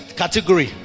category